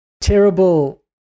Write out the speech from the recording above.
terrible